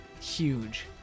Huge